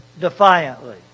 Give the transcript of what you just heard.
defiantly